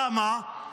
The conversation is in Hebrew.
למה?